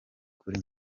kuri